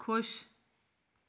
ਖੁਸ਼